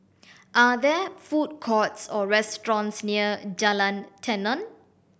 are there food courts or restaurants near Jalan Tenon